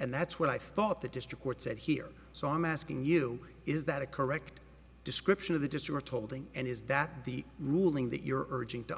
and that's what i thought the district court said here so i'm asking you is that a correct description of the distiller told ng and is that the ruling that you're urging to